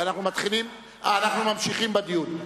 ואנחנו ממשיכים בדיון.